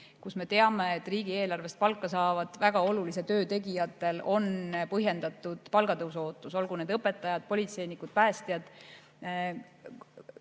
kus me teame, et riigieelarvest palka saavatel väga olulise töö tegijatel on põhjendatud palgatõusu ootus – olgu need õpetajad, politseinikud, päästjad